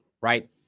right